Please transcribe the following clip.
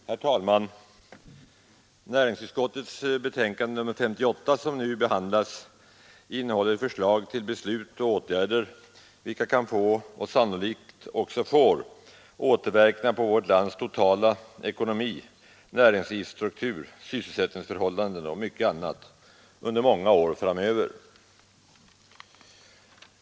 Herr talman! Näringsutskottets betänkande nr 58, som nu behandlas, innehåller förslag till beslut och åtgärder, vilka kan få — och sannolikt också får — återverkningar på vårt lands totala ekonomi, näringslivsstruktur, sysselsättningsförhållanden och mycket annat under många år framöver.